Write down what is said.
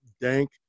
dank